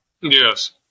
yes